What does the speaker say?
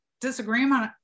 disagreement